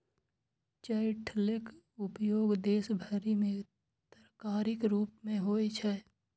चठैलक उपयोग देश भरि मे तरकारीक रूप मे होइ छै